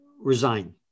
resign